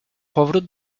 powrót